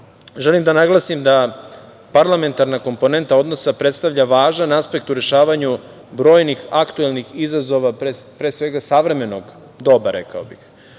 želim da naglasim da parlamentarna komponenta odnosa predstavlja važan aspekt u rešavanju brojnih, aktuelnih izazova, pre svega savremenog doba, rekao